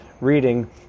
reading